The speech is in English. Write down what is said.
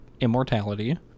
immortality